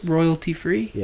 Royalty-free